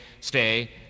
stay